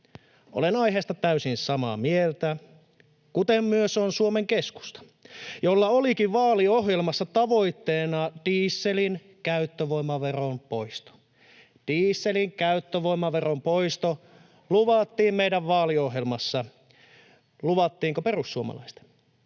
Olen aiheesta täysin samaa mieltä, kuten myös on Suomen Keskusta, jolla olikin vaaliohjelmassa tavoitteena dieselin käyttövoimaveron poisto. Dieselin käyttövoimaveron poisto luvattiin meidän vaaliohjelmassa — luvattiinko perussuomalaisten?